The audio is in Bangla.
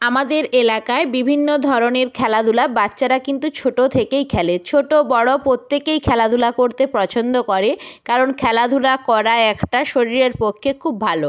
আমাদের এলাকায় বিভিন্ন ধরনের খেলাধুলা বাচ্চারা কিন্তু ছোটো থেকেই খেলে ছোটো বড়ো প্রত্যেকেই খেলাধুলা করতে পছন্দ করে কারণ খেলাধুলা করা একটা শরীরের পক্ষে খুব ভালো